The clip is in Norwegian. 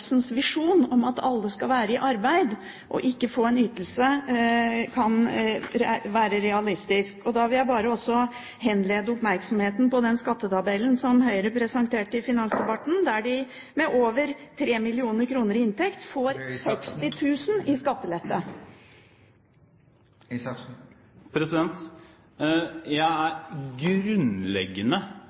Isaksens visjon om at alle skal være i arbeid og ikke få en ytelse, kan være realistisk. Jeg vil også henlede oppmerksomheten mot den skattetabellen som Høyre presenterte i finansdebatten, der de som har over 3 mill. kr i inntekt, får 60 000 kr i skattelette. Jeg er grunnleggende